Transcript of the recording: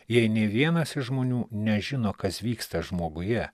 jei ne vienas iš žmonių nežino kas vyksta žmoguje